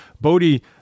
Bodhi